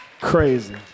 Crazy